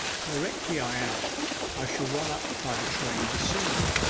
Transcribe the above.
directly i am i shall run up by the train to see you.